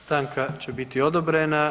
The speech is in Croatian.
Stanka će biti odobrena.